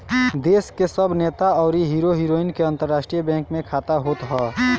देस के सब नेता अउरी हीरो हीरोइन के अंतरराष्ट्रीय बैंक में खाता होत हअ